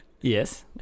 Yes